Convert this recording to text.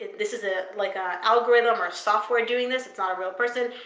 this is ah like a algorithm or software doing this. it's not a real person.